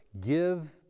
give